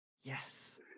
Yes